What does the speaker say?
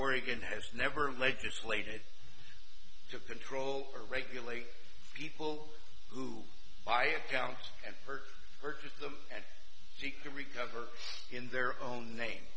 oregon has never legislated to control or regulate people who buy accounts and hurt purchase them and seek to recover in their own name